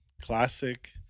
Classic